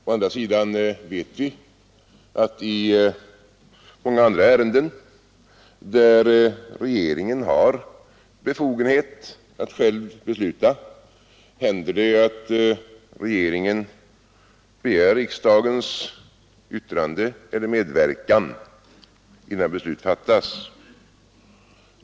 Å andra sidan vet vi att i många andra ärenden där regeringen har befogenhet att själv besluta händer det att regeringen begär riksdagens yttrande eller medverkan innan beslut fattas.